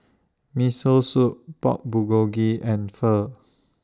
Miso Soup Pork Bulgogi and Pho